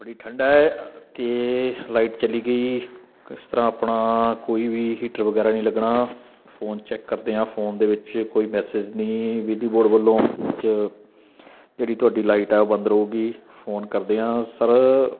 ਬੜੀ ਠੰਡਾ ਹੈ ਅਤੇ ਲਾਈਟ ਚਲੀ ਗਈ ਕਿਸ ਤਰ੍ਹਾਂ ਆਪਣਾ ਕੋਈ ਵੀ ਹੀਟਰ ਵਗੈਰਾ ਨਹੀਂ ਲੱਗਣਾ ਫੋਨ ਚੈੱਕ ਕਰਦੇ ਹਾਂ ਫੋਨ ਦੇ ਵਿੱਚ ਕੋਈ ਮੈਸੇਜ ਨਹੀਂ ਬਿਜਲੀ ਬੋਰਡ ਵੱਲੋਂ ਇਹ 'ਚ ਜਿਹੜੀ ਤੁਹਾਡੀ ਲਾਈਟ ਆ ਉਹ ਬੰਦ ਰਹੇਗੀ ਫੋਨ ਕਰਦੇ ਹਾਂ ਸਰ